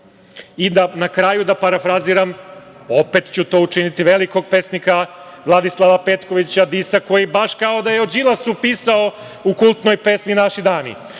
kraju, da parafraziram, opet ću to učiniti, velikog pesnika Vladislava Petkovića Disa koji baš kao da je o Đilasu pisao u kultnoj pesmi „Naši dani“: